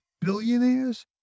billionaires